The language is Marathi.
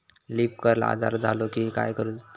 लीफ कर्ल आजार झालो की काय करूच?